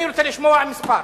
אני רוצה לשמוע מספר,